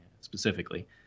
specifically